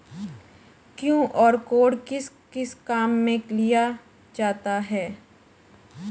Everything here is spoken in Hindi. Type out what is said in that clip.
क्यू.आर कोड किस किस काम में लिया जाता है?